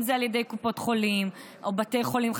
אם זה על ידי קופות החולים או בתי חולים,